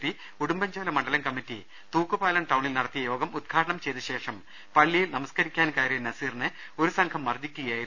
P Udumbanchola മണ്ഡലം committee Thookkupalam ടൌണിൽ നടത്തിയ യോഗം ഉദ്ഘാടനം ചെയ്ത ശേഷം പള്ളിയിൽ നമസ് കരിക്കാൻ കയറിയ നസീറിനെ ഒരു സംഘം മർദ്ദിക്കുകയായിരുന്നു